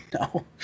no